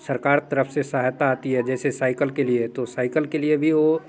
सरकार तरफ़ से सहायता आती है जैसे साइकल के लिए तो साइकल के लिए भी वो